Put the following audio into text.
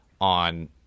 on